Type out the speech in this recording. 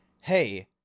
hey